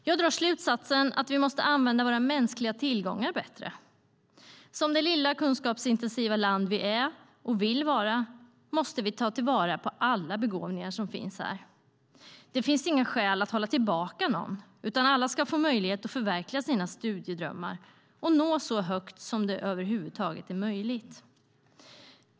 Jag drar slutsatsen att vi måste använda våra mänskliga tillgångar bättre. Som det lilla kunskapsintensiva land vi är, och vill vara, måste vi ta till vara på alla begåvningar som finns här. Det finns inga skäl att hålla tillbaka någon, utan alla ska få möjlighet att förverkliga sina studiedrömmar och nå så högt som det över huvud taget är möjligt.